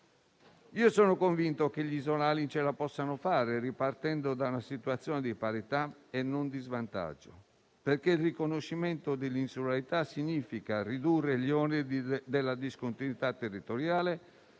Sono convinto che gli isolani ce la possano fare ripartendo da una situazione di parità e non di svantaggio, perché il riconoscimento dell'insularità significa ridurre gli oneri della discontinuità territoriale,